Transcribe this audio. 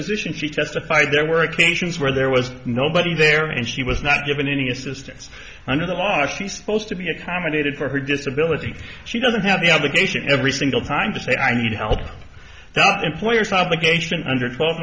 deposition she testified there were occasions where there was nobody there and she was not given any assistance under the law is she supposed to be accommodated for her disability she doesn't have the obligation every single time to say i need help employers propagation under twelve